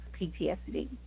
PTSD